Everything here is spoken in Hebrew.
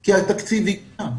כי התקציב איתה,